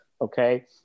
Okay